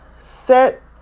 set